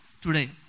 today